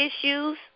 issues